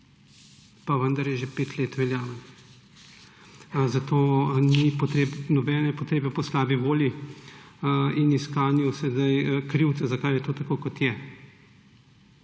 Pa vendar je že pet let veljaven, zato ni nobene potrebe po slabi volji in iskanju sedaj krivca, zakaj je to tako, kot je.